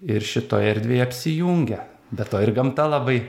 ir šitoj erdvėj apsijungia be to ir gamta labai